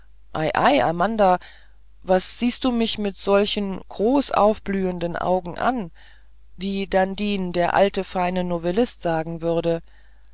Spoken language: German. amanda was siehst du mich mit solchen großaufgeblühten augen an wie dandin der alte feine novellist sagen würde